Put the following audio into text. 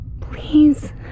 Please